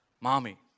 mommy